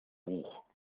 buch